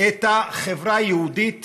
את החברה היהודית